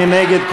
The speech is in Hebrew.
מי נגד?